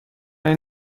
این